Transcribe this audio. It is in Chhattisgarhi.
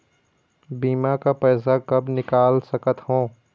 बीमा का पैसा कब निकाल सकत हो?